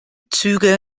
züge